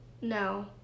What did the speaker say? No